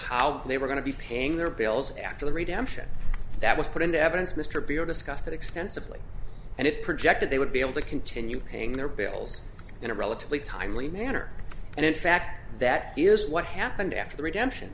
how they were going to be paying their bills after the redemption that was put into evidence mr buell discussed that extensively and it projected they would be able to continue paying their bills in a relatively timely manner and in fact that is what happened after the redemption